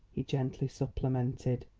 he gently supplemented,